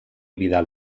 vidal